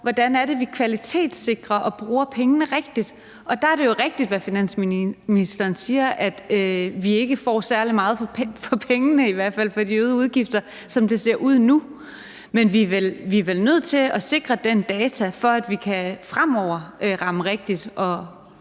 er, at vi kvalitetssikrer og bruger pengene rigtigt. Og der er det jo rigtigt, hvad finansministeren siger, nemlig at vi ikke får særlig meget for pengene, i hvert fald ikke for de øgede udgifter, som det ser ud nu. Men vi er vel nødt til at sikre det data, for at vi fremover kan ramme rigtigt og